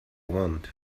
want